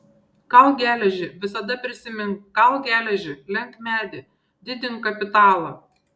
kalk geležį visada prisimink kalk geležį lenk medį didink kapitalą